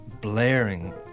blaring